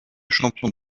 champion